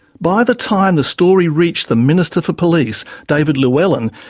by the time the story reached the minister for police, david llewellyn,